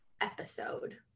episode